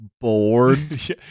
boards